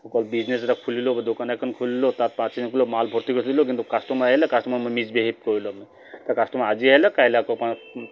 অকল বিজনেছ এটা খুলিলোঁ বা দোকান এখন খুলিলোঁ তাত পাৰ্চেছ নকৰিলোঁ মাল ভৰ্তি কৰিছিলোঁ কিন্তু কাষ্টমাৰ আহিলে কাষ্টমাৰ মই মিছবিহেভ কৰিলোঁ মই কাষ্টমাৰ আজি আহিলে কাইলে অকণমান